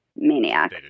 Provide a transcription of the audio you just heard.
maniac